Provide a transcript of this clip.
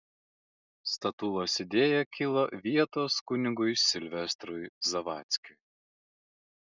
statulos idėja kilo vietos kunigui silvestrui zavadzkiui